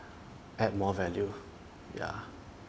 add more value ya